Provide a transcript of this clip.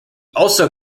also